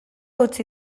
utzi